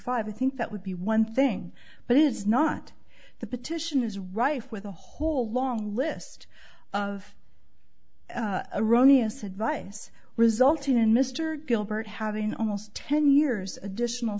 five i think that would be one thing but is not the petition is rife with a whole long list of erroneous advice resulted in mr gilbert having almost ten years additional